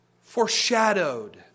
foreshadowed